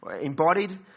embodied